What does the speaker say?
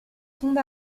tombe